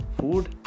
food